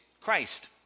Christ